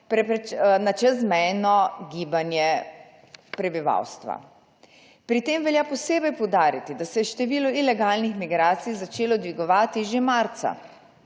na čezmejno gibanje prebivalstva. Pri tem velja posebej poudariti, da se je število ilegalnih migracij začelo dvigovati že marca,